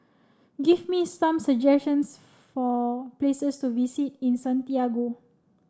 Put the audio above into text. give me some suggestions for places to visit in Santiago